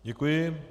Děkuji.